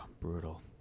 Brutal